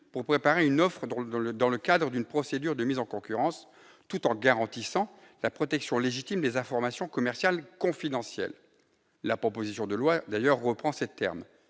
pour préparer une offre dans le cadre d'une procédure de mise en concurrence, tout en garantissant la protection légitime des informations commerciales confidentielles ». La présente proposition de loi reprend d'ailleurs ces termes.